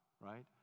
right